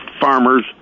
farmers